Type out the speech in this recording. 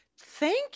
Thank